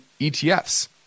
ETFs